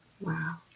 Wow